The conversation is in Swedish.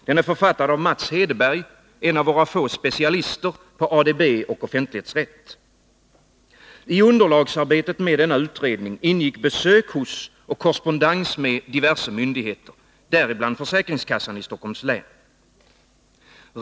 Den är författad av Mats Hedberg, en av våra få specialister på ADB och offentlighetsrätt. I underlagsarbetet med denna utredning ingick besök hos och korrespondens med diverse myndigheter, däribland försäkringskassan i Stockholms län.